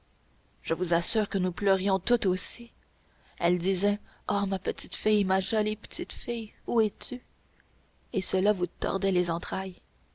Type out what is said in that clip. je vous assure que nous pleurions toutes aussi elle disait oh ma petite fille ma jolie petite fille où es-tu et cela vous tordait les entrailles